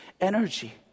energy